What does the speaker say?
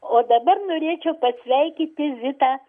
o dabar norėčiau pasveikinti zitą